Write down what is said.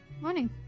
Morning